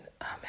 Amen